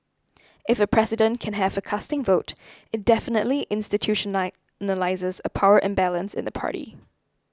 if a president can have a casting vote it definitely a power imbalance in the party